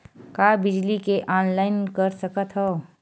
का बिजली के ऑनलाइन कर सकत हव?